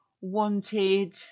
wanted